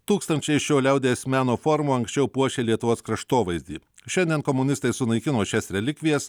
tūkstančiai šio liaudies meno formų anksčiau puošė lietuvos kraštovaizdį šiandien komunistai sunaikino šias relikvijas